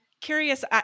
Curious